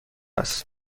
است